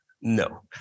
No